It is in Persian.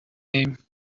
ایم